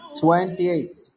Twenty-eight